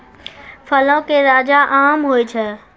फलो के राजा आम होय छै